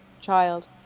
child